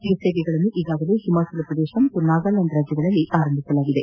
ಈ ಸೇವೆಗಳನ್ನು ಈಗಾಗಲೇ ಓಮಾಚಲ ಪ್ರದೇಶ ಮತ್ತು ನಾಗಾಲ್ಕಾಂಡ್ ನಲ್ಲಿ ಆರಂಭಿಸಲಾಗಿದೆ